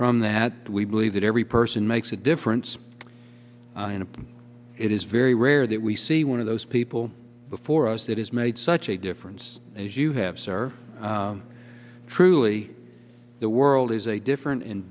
from that we believe that every person makes a difference and it is very rare that we see one of those people before us that has made such a difference as you have sir truly the world is a different